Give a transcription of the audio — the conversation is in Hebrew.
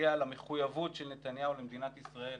בנוגע למחויבות של נתניהו למדינת ישראל.